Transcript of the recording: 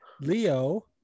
Leo